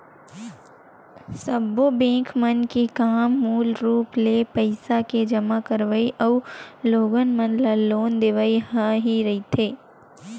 सब्बो बेंक मन के काम मूल रुप ले पइसा के जमा करवई अउ लोगन मन ल लोन देवई ह ही रहिथे